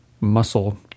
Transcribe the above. muscle